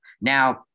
Now